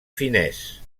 finès